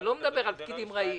אני לא מדבר על פקידים רעים,